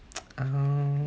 ah